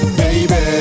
baby